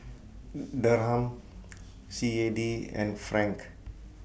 Dirham C A D and Franc